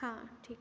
हाँ ठीक